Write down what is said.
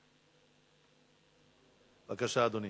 בבקשה, אדוני.